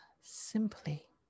simply